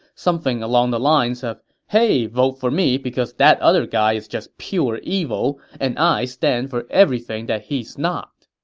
something along the lines of hey, vote for me because that other guy is just pure evil, and i stand for everything that he's not.